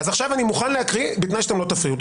אז עכשיו אני מוכן להקריא, בתנאי שאתם לא תפריעו.